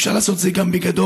ואפשר לעשות את זה גם בגדול,